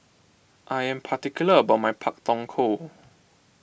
I am particular about my Pak Thong Ko